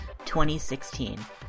2016